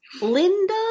Linda